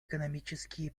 экономические